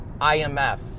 IMF